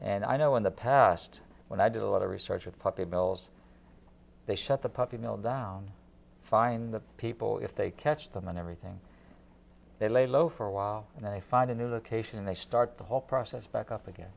and i know in the past when i did a lot of research with puppy bells they shut the puppy mill down find the people if they catch them and everything they lay low for a while and then i find a new location and they start the whole process back